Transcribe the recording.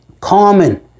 common